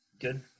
Good